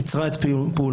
קיצרה את פעולתה,